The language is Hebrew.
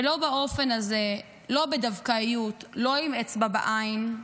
ולא באופן הזה, לא בדווקאיות, לא עם אצבע בעין,